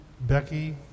Becky